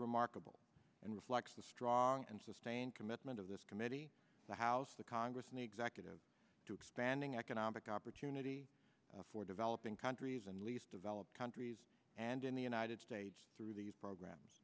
remarkable and reflects the strong and sustained commitment of this committee the house the congress and the executive to expanding economic opportunity for developing countries and least developed countries and in the united states through these programs